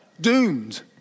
doomed